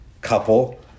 couple